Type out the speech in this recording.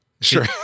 Sure